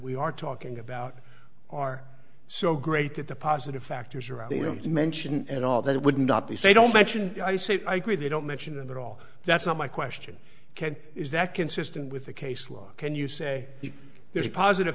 we are talking about are so great that the positive factors are out they don't mention at all that it would not they say don't mention i say i agree they don't mention it at all that's not my question is that consistent with the case law can you say there's a positive